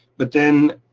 but then